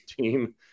team